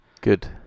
good